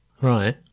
right